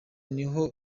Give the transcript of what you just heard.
niho